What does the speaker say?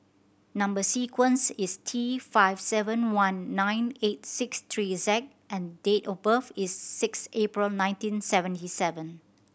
number sequence is T five seven one nine eight six three Z and date of birth is six April nineteen seventy seven